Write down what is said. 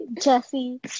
Jesse